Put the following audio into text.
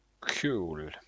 cool